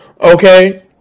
Okay